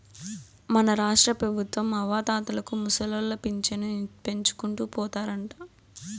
మన రాష్ట్రపెబుత్వం అవ్వాతాతలకు ముసలోళ్ల పింఛను పెంచుకుంటూ పోతారంట